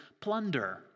plunder